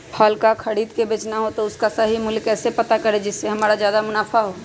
फल का खरीद का बेचना हो तो उसका सही मूल्य कैसे पता करें जिससे हमारा ज्याद मुनाफा हो?